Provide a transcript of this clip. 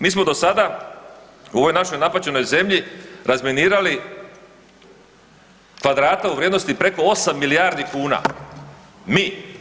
Mi smo do sada, u ovoj našoj napaćenoj zemlji razminirali kvadrata u vrijednosti preko 8 milijardi kuna, mi.